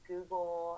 Google